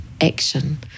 action